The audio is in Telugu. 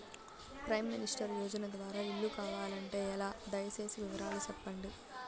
ప్రైమ్ మినిస్టర్ యోజన ద్వారా ఇల్లు కావాలంటే ఎలా? దయ సేసి వివరాలు సెప్పండి?